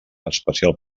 especial